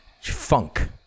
funk